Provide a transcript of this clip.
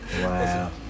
Wow